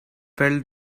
felt